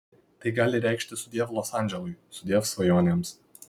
tai gali reikšti sudiev los andželui sudiev svajonėms